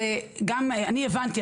אני הבנתי,